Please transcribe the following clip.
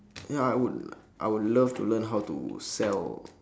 ya I would I would love to learn how to sell